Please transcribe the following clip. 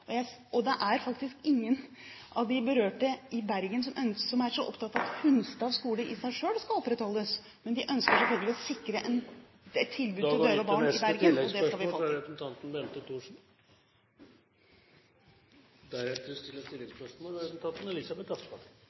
Det er faktisk ingen av de berørte i Bergen som er så opptatt av at Hunstad skole i seg selv skal opprettholdes, men de ønsker selvfølgelig å sikre et tilbud til døve barn i Bergen, og det skal vi få til. Bente Thorsen